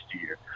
year